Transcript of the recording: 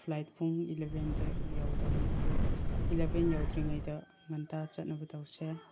flight ꯄꯨꯡ ꯑꯦꯂꯕꯦꯟꯗ ꯌꯧꯗꯣꯏꯅꯦ ꯑꯗꯨ ꯑꯦꯂꯕꯦꯟ ꯌꯧꯗ꯭ꯔꯤꯉꯩꯗ ꯉꯟꯇꯥ ꯆꯠꯅꯕ ꯇꯧꯁꯦ